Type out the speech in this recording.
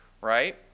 right